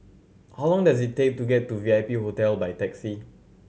how long does it take to get to V I P Hotel by taxi